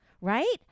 right